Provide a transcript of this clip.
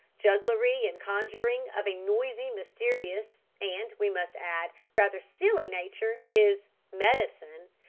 jugglery and conjuring, of a noisy, mysterious, and, we must add, rather silly nature, is medicine,